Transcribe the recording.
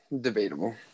Debatable